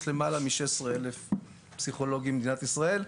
יש למעלה מ-16 אלף פסיכולוגים במדינת ישראל.